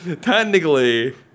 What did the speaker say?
Technically